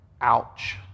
ouch